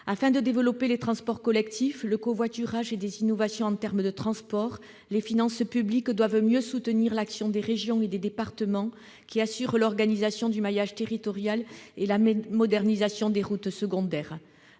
Afin de développer les transports collectifs, le covoiturage et des innovations dans le domaine des transports, les finances publiques doivent mieux soutenir l'action des régions et des départements, qui assurent l'organisation du maillage territorial et la modernisation des routes secondaires.